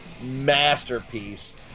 masterpiece